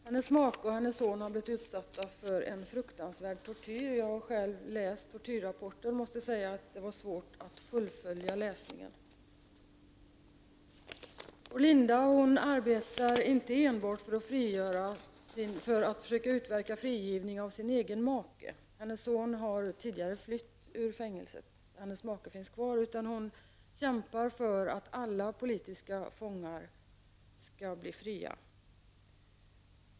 Hennes make har liksom sonen utsatts för en fruktansvärd tortyr — jag har själv läst tortyrrapporten, och jag måste säga att det var svårt att fullfölja läsningen. Orlinda arbetar inte enbart för att försöka utverka frigivning av sin make — hennes son har flytt ur fängelset medan hennes make finns kvar. Hon kämpar även för att alla politiska fångar skall bli fria.